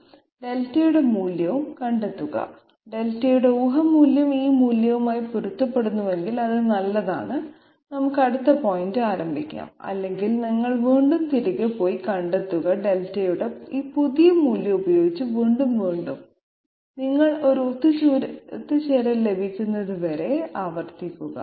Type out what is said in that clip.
δ യുടെ മൂല്യം കണ്ടെത്തുക δ യുടെ ഊഹ മൂല്യം ഈ മൂല്യവുമായി പൊരുത്തപ്പെടുന്നുവെങ്കിൽ അത് നല്ലതാണ് നമുക്ക് അടുത്ത പോയിന്റ് ആരംഭിക്കാം അല്ലെങ്കിൽ നിങ്ങൾ വീണ്ടും തിരികെ പോയി കണ്ടെത്തുക δ ന്റെ ഈ പുതിയ മൂല്യം ഉപയോഗിച്ച് വീണ്ടും വീണ്ടും നിങ്ങൾക്ക് ഒരു ഒത്തുചേരൽ ലഭിക്കുന്നതുവരെ ആവർത്തിക്കുക